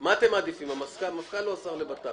מה אתם מעדיפים: המפכ"ל או השר לבט"פ?